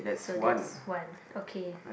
so that's one okay